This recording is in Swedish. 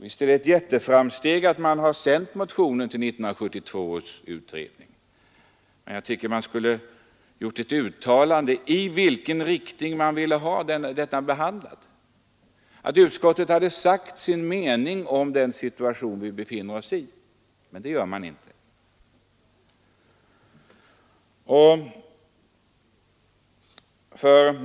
Visst är det ett jätteframsteg att man har gjort det, men man borde samtidigt ha gjort ett uttalande om i vilken riktning man ville ha problemen behandlade. Utskottet borde ha sagt sin mening om den situation som vi befinner oss i. Men det gör utskottet inte.